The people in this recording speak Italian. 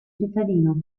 cittadino